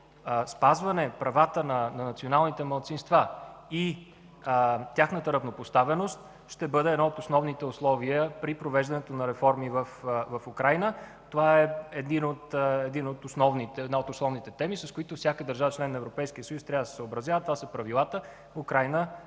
спазване правата на националните малцинства и тяхната равнопоставеност ще бъде едно от основните условия при провеждането на реформи в Украйна. Това е една от основните теми, с които всяка държава – член на Европейския съюз, трябва да се съобразява. Това са правилата. Украйна,